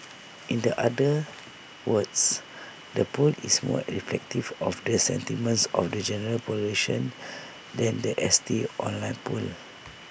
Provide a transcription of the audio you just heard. in the other words the poll is more reflective of the sentiments of the general population than The S T online poll